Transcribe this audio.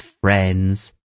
friends